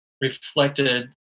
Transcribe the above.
reflected